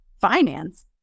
finance